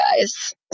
guys